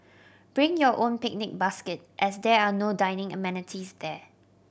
bring your own picnic basket as there are no dining amenities there